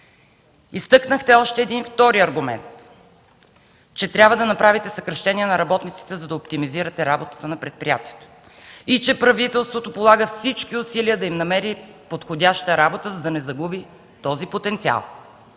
Изтъкнахте още един втори аргумент – че трябва да направите съкращения на работниците, за да оптимизирате работата на предприятието. Правителството полагало всички усилия, за да им намери подходяща работа, за да не загуби този потенциал.